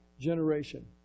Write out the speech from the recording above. generation